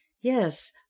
yes